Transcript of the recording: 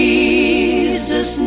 Jesus